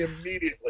immediately